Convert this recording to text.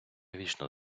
вічно